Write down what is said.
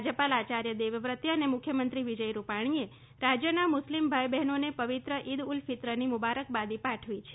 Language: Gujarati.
રાજ્યપાલ આચાર્ય દેવવ્રતે અને મુખ્યમંત્રી વિજય રૂપાણીએ રાજ્યના મુસ્લિમ ભાઇ બહેનોને પવિત્ર ઈદ ઉલ ફિત્રની મુબારકબાદી પાઠવી છે